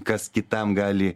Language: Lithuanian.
kas kitam gali